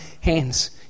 hands